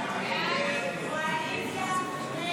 46 בעד, 55